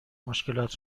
مشکلات